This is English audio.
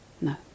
No